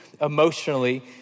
emotionally